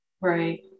Right